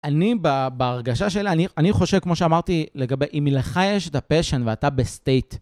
אני, בהרגשה שלה, אני חושב, כמו שאמרתי, לגבי אם לך יש את הפשן ואתה בסטייט...